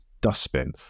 dustbin